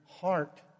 heart